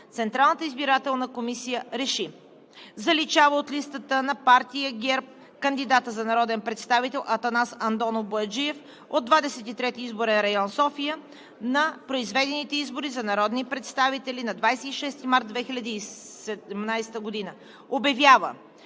Централната избирателна комисия РЕШИ: Заличава от листата на партия ГЕРБ кандидата за народен представител Атанас Андонов Бояджиев от Двадесет и трети изборен район – София, на произведените избори за народни представители на 26 март 2017 г. Обявява